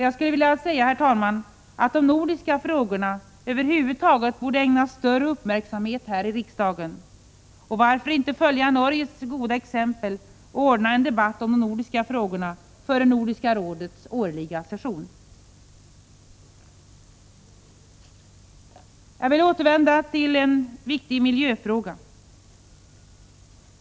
Jag skulle vilja säga, herr talman, att de nordiska frågorna över huvud taget bör ägnas större uppmärksamhet här i riksdagen. Varför inte följa Norges goda exempel och ordna en debatt om de nordiska frågorna före Nordiska rådets årliga session? Jag vill återvända till en viktig miljöfråga.